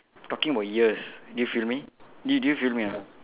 talking about years do you feel me do do you feel me or not